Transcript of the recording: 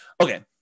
Okay